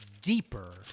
deeper